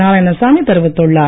நாராயணசாமி தெரிவித்துள்ளார்